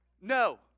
No